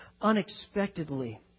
unexpectedly